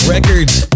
Records